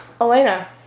Elena